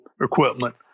equipment